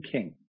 King